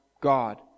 God